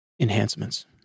enhancements